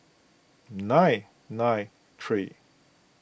nine nine three